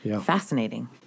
Fascinating